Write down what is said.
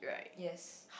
yes